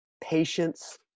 patience